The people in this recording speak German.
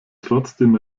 trotzdem